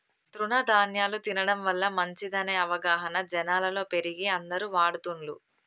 తృణ ధ్యాన్యాలు తినడం వల్ల మంచిదనే అవగాహన జనాలలో పెరిగి అందరు వాడుతున్లు